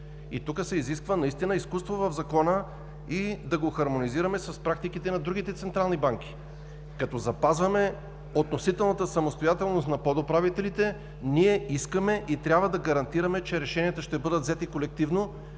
Тук се изисква наистина изкуство – да хармонизираме Закона с практиките на другите централни банки, като запазваме относителната самостоятелност на подуправителите, ние искаме и трябва да гарантираме, че решенията ще бъдат вземани колективно